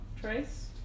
trace